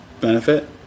benefit